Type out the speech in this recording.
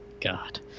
God